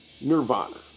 Nirvana